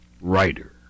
writer